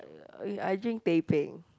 uh I I drink teh peng